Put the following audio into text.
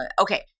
okay